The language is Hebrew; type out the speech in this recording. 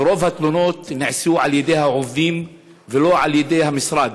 ורוב התלונות הוגשו על-ידי העובדים ולא על-ידי המשרד,